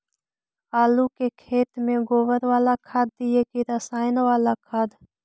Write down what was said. आलू के खेत में गोबर बाला खाद दियै की रसायन बाला खाद?